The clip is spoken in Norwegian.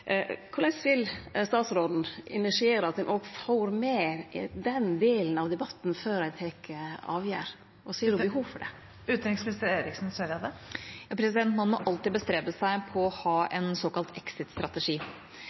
Korleis vil utanriksministeren initiere at ein òg får med den delen av debatten før ein tek ei avgjerd, og ser ho behovet for det? Man må alltid bestrebe seg på å ha